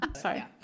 Sorry